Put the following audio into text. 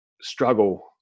struggle